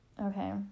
Okay